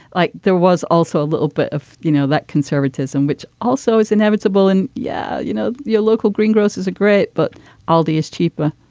like there was also a little bit of you know that conservatism which also is inevitable and yeah you know your local greengrocers are great but aldi is cheaper